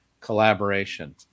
collaboration